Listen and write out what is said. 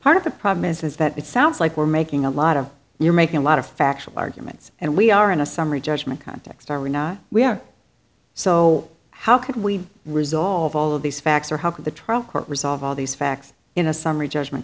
part of the problem is that it sounds like we're making a lot of you're making a lot of factual arguments and we are in a summary judgment context are we not we are so how could we resolve all of these facts or how can the trial court resolve all these facts in a summary judgment